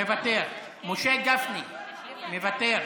מוותר, משה גפני, מוותר,